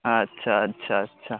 ᱟᱪᱷᱟ ᱟᱪᱷᱟ ᱟᱪᱷᱟ